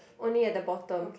only at the bottom